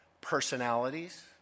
personalities